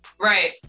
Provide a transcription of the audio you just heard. Right